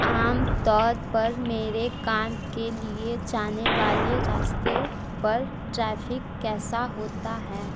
आम तौर पर मेरे काम के लिए जाने वाले रास्ते पर ट्रैफिक कैसा होता है